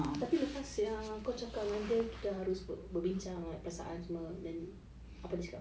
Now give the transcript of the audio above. tapi lepas yang kau cakap dengan dia dia harus berbincang like perasaan semua then apa dia cakap